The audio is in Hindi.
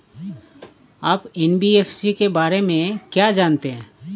आप एन.बी.एफ.सी के बारे में क्या जानते हैं?